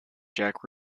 jack